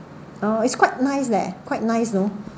oh it's quite nice leh quite nice you know